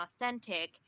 authentic